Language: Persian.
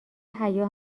حیا